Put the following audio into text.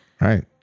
Right